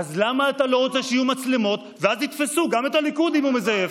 למה אתה לא רוצה שיהיו מצלמות ואז יתפסו גם את הליכוד אם הוא מזייף.